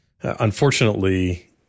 unfortunately